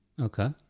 Okay